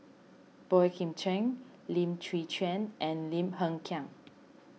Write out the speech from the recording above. Boey Kim Cheng Lim Chwee Chian and Lim Hng Kiang